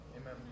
Amen